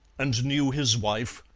and knew his wife,